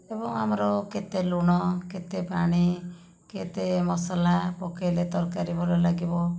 ଏବଂ ଆମର କେତେ ଲୁଣ କେତେ ପାଣି କେତେ ମସଲା ପକେଇଲେ ତରକାରୀ ଭଲ ଲାଗିବ